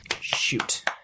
Shoot